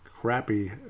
crappy